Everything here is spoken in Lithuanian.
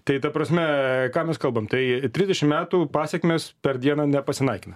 tai ta prasme ką mes kalbam tai trisdešimt metų pasekmės per dieną nepasinaikina